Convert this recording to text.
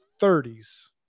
30s